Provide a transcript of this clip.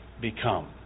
become